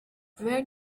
where